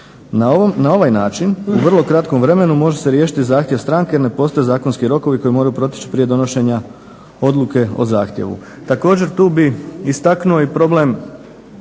Na ovaj način u vrlo kratkom vremenu može se riješiti zahtjev stranke, ne postoje zakonski rokovi koji moraju proteći prije donošenja odluke o zahtjevu. Također tu bi istaknuo i problem